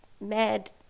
mad